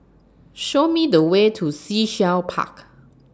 Show Me The Way to Sea Shell Park